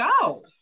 go